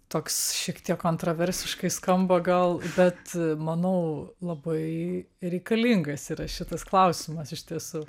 toks šiek tiek kontraversiškai skamba gal bet manau labai reikalingas yra šitas klausimas iš tiesų